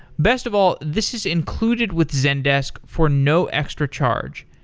best of all, this is included with zendesk for no extra charge.